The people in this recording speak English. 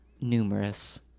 Numerous